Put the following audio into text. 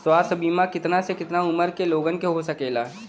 स्वास्थ्य बीमा कितना से कितना उमर के लोगन के हो सकेला?